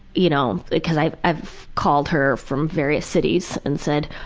you know, like cause i've i've called her from various cities and said,